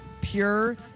pure